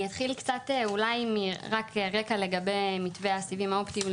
אני אתחיל אולי מרקע לגבי מתווה הסיבים האופטיים,